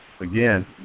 again